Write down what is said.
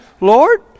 Lord